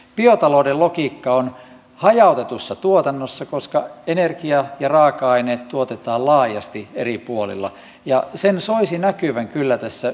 biotalouden logiikka on hajautetussa tuotannossa koska energia ja raaka aineet tuotetaan laajasti eri puolilla ja sen soisi näkyvän kyllä tässä yhteiskuntapolitiikassa ja yhdyskuntarakenteessa